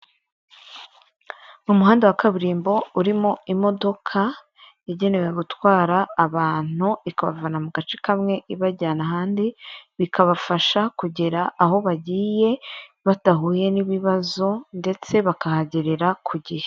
Mu muhanda wa kaburimbo urimo imodoka igenewe gutwara abantu, ikabavana mu gace kamwe, ibajyana ahandi, bikabafasha kugera aho bagiyedahuye n'ibibazo, ndetse bakahagerera ku gihe.